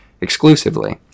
exclusively